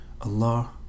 Allah